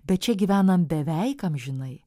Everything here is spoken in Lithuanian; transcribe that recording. bet čia gyvenam beveik amžinai